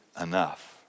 enough